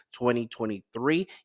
2023